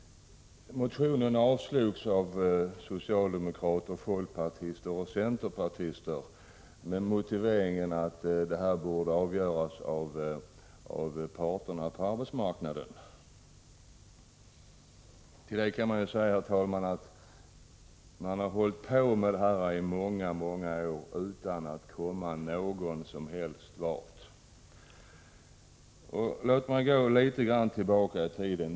Motionen avslogs av socialdemokrater, folkpartister och centerpartister med motiveringen att frågan borde avgöras av parterna på arbetsmarknaden. Till det kan sägas, herr talman, att man har hållit på att avhandla detta problem i många år utan att komma någon vart. Låt mig gå litet tillbaka i tiden.